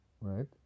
Right